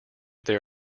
there